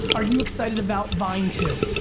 are you excited about vine two?